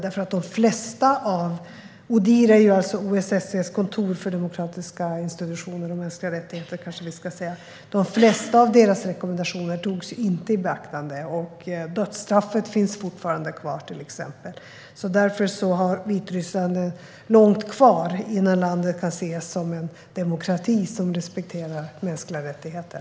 Odhir är alltså, kanske vi ska säga, OSSE:s kontor för demokratiska institutioner och mänskliga rättigheter, och de flesta av deras rekommendationer togs inte i beaktande. Dödsstraffet finns fortfarande kvar till exempel, så Vitryssland har långt kvar innan landet kan ses som en demokrati som respekterar mänskliga rättigheter.